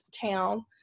town